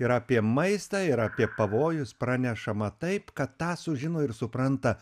ir apie maistą ir apie pavojus pranešama taip kad tą sužino ir supranta